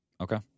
Okay